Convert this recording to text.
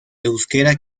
euskera